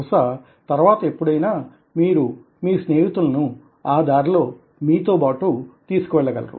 బహుశా తర్వాత ఎప్పుడైనా మీరు మీ స్నేహితులను ఆ దారిలో మీతో పాటు తీసుకు వెళ్ళగలరు